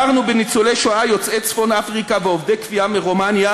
הכרנו בניצולי שואה יוצאי צפון-אפריקה ועובדי כפייה מרומניה,